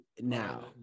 now